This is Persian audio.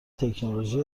تکنولوژی